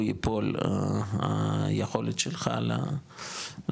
או ייפול היכולת שלך לסיוע.